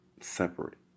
separate